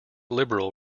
liberal